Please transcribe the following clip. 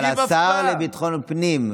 אבל השר לביטחון פנים,